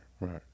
right